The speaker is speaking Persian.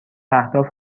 اهداف